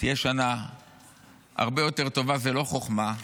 תהיה שנה הרבה יותר טובה, זו לא חוכמה,